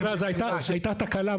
הייתה תקלה.